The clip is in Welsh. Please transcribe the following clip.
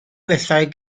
bethau